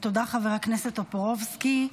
תודה, חבר הכנסת טופורובסקי.